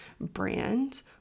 brand